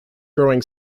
growing